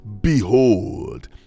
behold